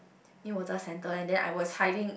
new water centre and then I was hiding